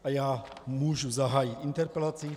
A já můžu zahájit interpelaci.